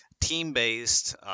team-based